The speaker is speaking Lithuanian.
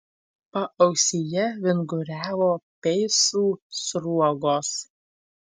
paausyje vinguriavo peisų sruogos